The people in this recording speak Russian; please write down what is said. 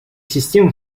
систем